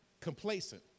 complacent